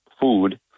food